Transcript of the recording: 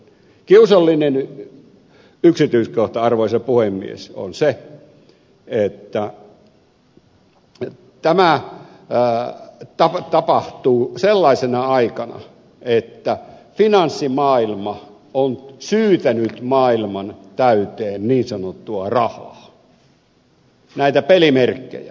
kiusallinen yksityiskohta arvoisa puhemies on se että tämä tapahtuu sellaisena aikana että finanssimaailma on syytänyt maailman täyteen niin sanottua rahaa näitä pelimerkkejä